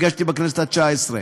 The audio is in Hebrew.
הגשתי בכנסת התשע-עשרה.